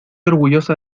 orgullosa